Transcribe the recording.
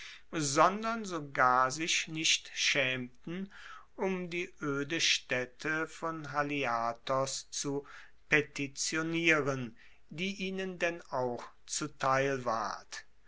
sondern sogar sich nicht schaemten um die oede staette von haliartos zu petitionieren die ihnen denn auch zuteil ward